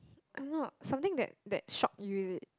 I don't know something that that shock you is it